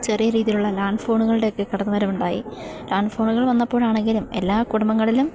ചെറിയ രീതിയിലുള്ള ലാൻഡ് ഫോണുകളുടെയൊക്കെ കടന്നുവരവുണ്ടായി ലാൻഡ് ഫോണുകൾ വന്നപ്പോഴാണെങ്കിലും എല്ലാ കുടുംബങ്ങളിലും